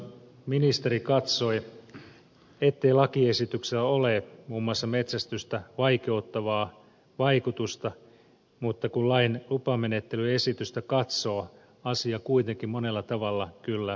aiemmin tässä debattikeskustelussa ministeri katsoi ettei lakiesityksellä ole muun muassa metsästystä vaikeuttavaa vaikutusta mutta kun lain lupamenettelyesitystä katsoo asia kuitenkin monella tavalla kyllä mietityttää